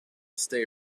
stay